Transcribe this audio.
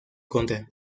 contra